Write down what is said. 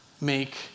make